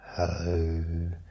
Hello